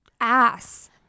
ass